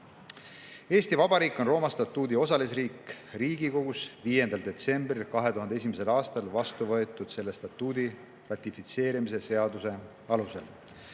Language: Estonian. Eesti Vabariik on Rooma statuudi osalisriik Riigikogus 5. detsembril 2001. aastal vastuvõetud selle statuudi ratifitseerimise seaduse alusel.